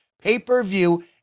pay-per-view